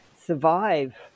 survive